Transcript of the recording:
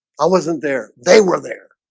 i wasn't there they were there?